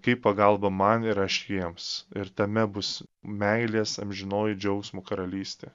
kaip pagalba man ir aš jiems ir tame bus meilės amžinoji džiaugsmo karalystė